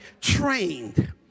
trained